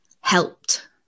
helped